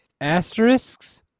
asterisks